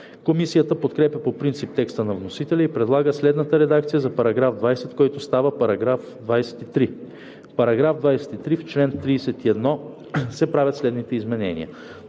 Комисията подкрепя по принцип текста на вносителя и предлага следната редакция за § 20, който става § 23: „§ 23. В чл. 31 се правят следните изменения: